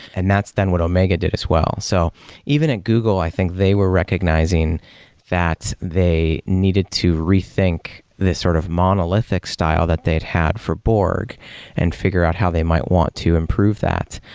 and that's then what omega did as well. so even in google, i think they were recognizing that they needed to rethink this sort of monolithic style that they'd had for borg and figure out how they might want to improve that,